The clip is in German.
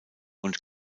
und